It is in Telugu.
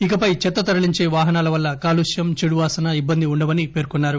ఇకపై చెత్త తరలించే వాహనాల వల్ల కాలుష్యం చెడువాసన ఇబ్బంది ఉండవని పేర్కొన్నారు